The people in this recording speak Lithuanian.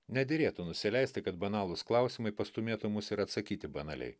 nederėtų nusileisti kad banalūs klausimai pastūmėtų mus ir atsakyti banaliai